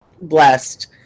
blessed